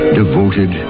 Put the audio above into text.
devoted